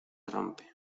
rompe